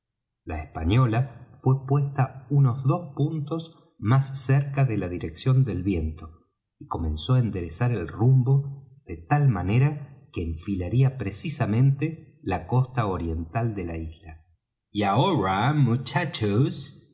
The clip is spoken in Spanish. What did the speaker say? la española fué puesta unos dos puntos más cerca de la dirección del viento y comenzó á enderezar el rumbo de tal manera que enfilaría precisamente la costa oriental de la isla y ahora muchachos